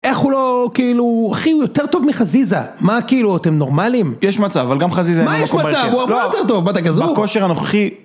איך הוא לא... כאילו, אחי הוא יותר טוב מחזיזה, מה כאילו אתם נורמליים? יש מצב אבל גם חזיזה... מה יש מצב, הוא הרבה יותר טוב, מה אתה גזור? בכושר הנוכחי...